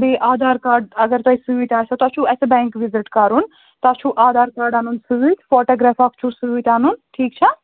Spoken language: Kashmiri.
بیٚیہِ آدھار کارڈ اگر تۄہہِ سۭتۍ آسٮ۪و تۄہہِ چھُو اَسہِ بٮ۪نٛک وِزِٹ کَرُن تۄہہِ چھُو آدھار کارڈ اَنُن سۭتۍ فوٹوٗگرٛاف اکھ چھُو سۭتۍ اَنُن ٹھیٖک چھا